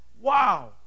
Wow